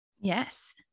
Yes